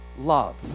love